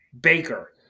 Baker